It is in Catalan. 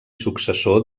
successor